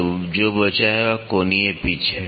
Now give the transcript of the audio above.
तो जो बचा है वह कोणीय पिच है